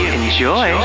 enjoy